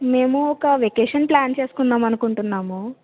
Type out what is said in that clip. మేము ఒక vacation plan చేసుకుందాం అనుకుంటున్నాము